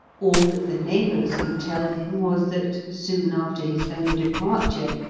all that the neighbours could tell him was that, soon after his own departure,